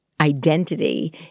identity